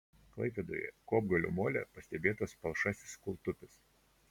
klaipėdoje kopgalio mole pastebėtas palšasis kūltupis